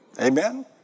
Amen